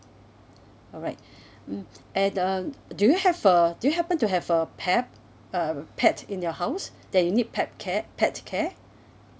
alright mm and uh do you have a do you happen to have a pep~ uh pet in your house that you need pep~ care pet care